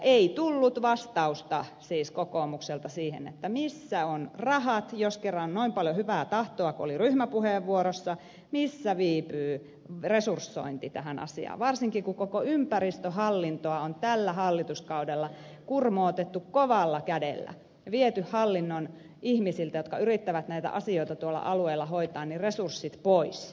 ei tullut vastausta kokoomukselta siihen missä ovat rahat jos kerran noin paljon on hyvää tahtoa kuin oli ryhmäpuheenvuorossa missä viipyy resursointi tähän asiaan varsinkin kun koko ympäristöhallintoa on tällä hallituskaudella kurmoitettu kovalla kädellä ja viety hallinnon ihmisiltä jotka yrittävät näitä asioita tuolla alueella hoitaa resurssit pois